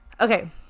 okay